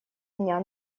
дня